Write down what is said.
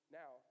now